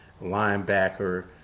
linebacker